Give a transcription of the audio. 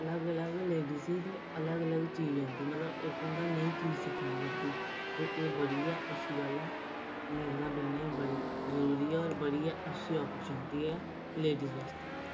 अलग अलग लेडीज़ गी ते अलग अलग चीज़ औंदी मतलब इक्क ते एह् होंदा कि नई चीज़ सिक्खनी ते एह् बड़ी गै अच्छी गल्ल ऐ ते मेरे स्हाबै कन्नै जरूरी होर बड़ी गै अच्छी अर्पच्यूनिटी ऐ लेडीज़ आस्तै